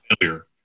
failure